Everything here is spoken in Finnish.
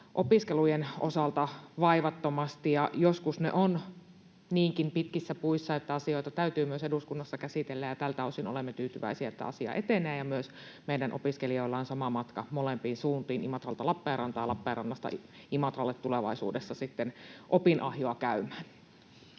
opiskelujen osalta vaivattomasti. Ja joskus ne ovat niinkin pitkissä puissa, että asioita täytyy myös eduskunnassa käsitellä. Tältä osin olemme tyytyväisiä, että asia etenee ja myös meidän opiskelijoilla on sama matka molempiin suuntiin, Imatralta Lappeenrantaan ja Lappeenrannasta Imatralle, tulevaisuudessa käydä